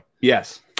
Yes